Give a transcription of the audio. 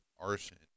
arson